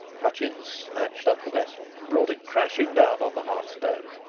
hutchins snatched up the vessel and brought it crashing down on the hearthstone,